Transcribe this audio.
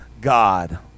God